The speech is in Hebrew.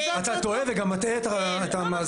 אתה טועה וגם מטעה את המאזינים.